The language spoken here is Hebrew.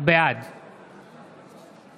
בעד